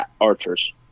archers